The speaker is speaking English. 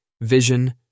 vision